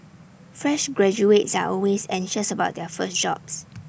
fresh graduates are always anxious about their first jobs